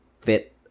fit